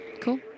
Cool